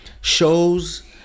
shows